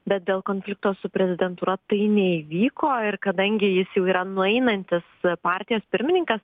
bet dėl konflikto su prezidentūra tai neįvyko ir kadangi jis jau yra nueinantis partijos pirmininkas